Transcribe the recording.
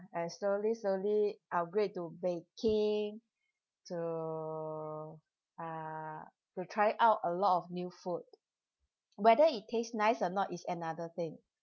I slowly slowly upgrade to baking to uh to try out a lot of new food whether it taste nice or not is another thing